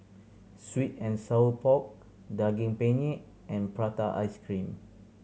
sweet and sour pork Daging Penyet and prata ice cream